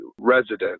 resident